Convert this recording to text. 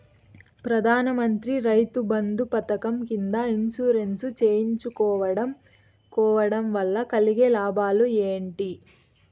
ప్రధాన మంత్రి రైతు బంధు పథకం కింద ఇన్సూరెన్సు చేయించుకోవడం కోవడం వల్ల కలిగే లాభాలు ఏంటి?